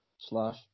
slash